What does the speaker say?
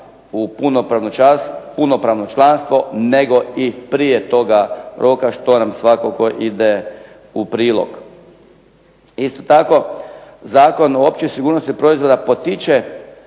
u punopravno članstvo nego i prije toga roka što nam svakako ide u prilog. Isto tako, Zakon o općoj sigurnosti proizvoda potiče